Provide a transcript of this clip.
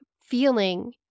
feeling